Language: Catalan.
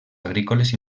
agrícoles